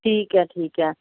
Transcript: ਠੀਕ ਹੈ ਠੀਕ ਹੈ